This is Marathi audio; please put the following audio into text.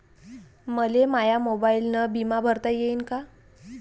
मले माया मोबाईलनं बिमा भरता येईन का?